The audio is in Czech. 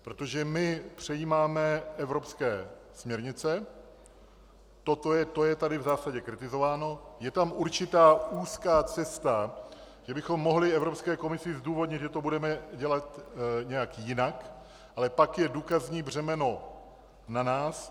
Protože my přejímáme evropské směrnice, to je tady v zásadě kritizováno, je tam určitá úzká cesta, že bychom mohli Evropské komisi zdůvodnit, že to budeme dělat nějak jinak, ale pak je důkazní břemeno na nás.